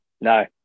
No